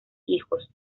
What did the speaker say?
hijos